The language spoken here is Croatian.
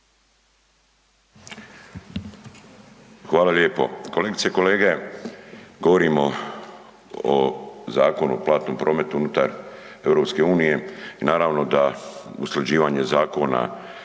Hvala lijepo. Kolegice i kolege. Govorim o Zakonu o platnom prometu unutar EU i naravno da usklađivanje zakona